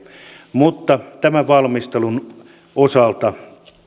mutta tämän valmistelun osalta